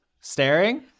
staring